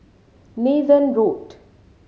Nathan Road